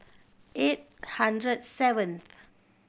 eight hundred seventh